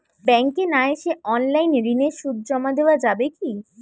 ব্যাংকে না এসে অনলাইনে ঋণের সুদ জমা দেওয়া যাবে কি?